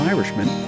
Irishman